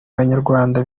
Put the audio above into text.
banyarwanda